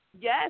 Yes